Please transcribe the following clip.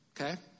Okay